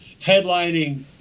headlining